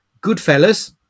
Goodfellas